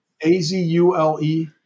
A-Z-U-L-E